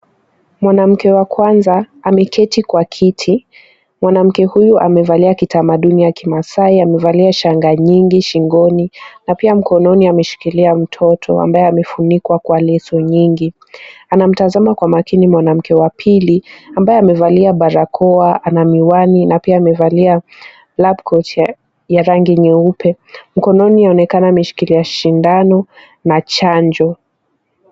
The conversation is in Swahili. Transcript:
Mwanamke wa kwanza ameketi kwa kiti. Mwanamke huyu amevalia kitamaduni ya kimaasai. Amevalia shanga nyingi shingoni na pia mkononi ameshikilia mtoto ambaye amefunikwa leso nyingi. Anamtazama kwa makini mwanamke wa pili ambaye amevalia barakoa, ana miwani na pia amevalia labcoat ya rangi nyeupe. Mkononi anaonekana ameshikilia sindano na chanjo.